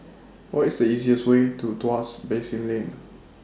What IS The easiest Way to Tuas Basin Lane